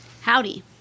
Howdy